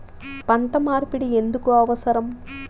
పంట మార్పిడి ఎందుకు అవసరం?